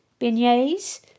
Beignets